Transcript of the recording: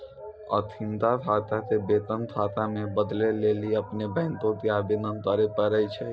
अखिनका खाता के वेतन खाता मे बदलै लेली अपनो बैंको के आवेदन करे पड़ै छै